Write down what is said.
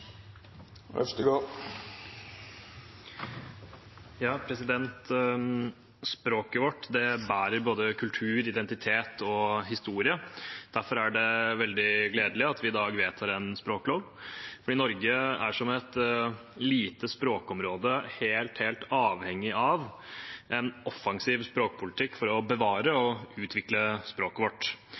både kultur, identitet og historie. Derfor er det veldig gledelig at vi i dag vedtar en språklov. Norge er som et lite språkområde helt avhengig av en offensiv språkpolitikk for å bevare og utvikle språket vårt.